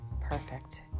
perfect